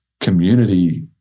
community